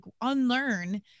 unlearn